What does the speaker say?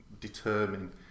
determine